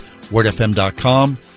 wordfm.com